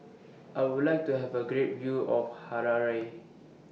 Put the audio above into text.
I Would like to Have A Great View of Harare